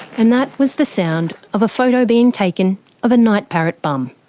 and that, was the sound of a photo being taken of a night parrot bum.